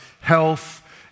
health